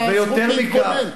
מעבר לזה שגנבת מנדט ממפלגת העבודה,